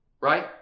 Right